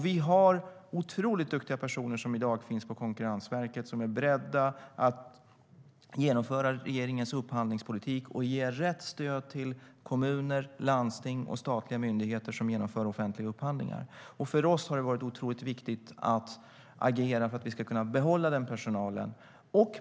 Vi har otroligt duktiga personer som i dag finns på Konkurrensverket som är beredda att genomföra regeringens upphandlingspolitik och ge rätt stöd till kommuner, landsting och statliga myndigheter som genomför offentliga upphandlingar. För oss har det varit otroligt viktigt att agera för att vi ska kunna behålla den personalen.